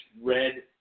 red